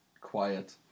quiet